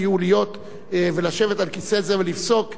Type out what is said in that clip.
להיות ולשבת על כיסא זה ולפסוק כמוך,